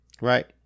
right